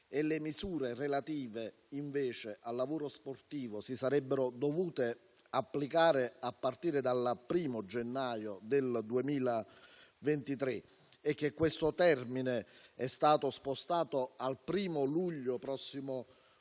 e le misure relative invece al lavoro sportivo si sarebbero dovute applicare a partire dal 1° gennaio 2023; termine quest'ultimo spostato al 1° luglio prossimo